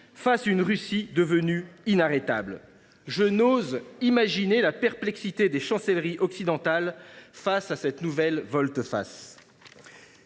face à une Russie devenue selon lui inarrêtable… Je n’ose imaginer la perplexité des chancelleries occidentales face à cette nouvelle volte face